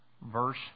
verse